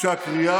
נכנסים